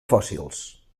fòssils